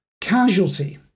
casualty